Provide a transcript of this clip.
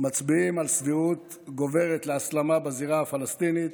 מצביעים על סבירות גוברת להסלמה בזירה הפלסטינית.